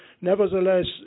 nevertheless